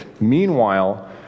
Meanwhile